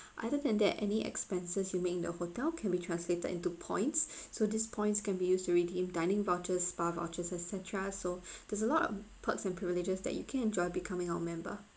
other than that any expenses you make in the hotel can be translated into points so this points can be used to redeem dining vouchers spa vouchers et cetera so there's a lot of perks and privileges that you can enjoy becoming our member